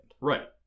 Right